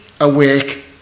awake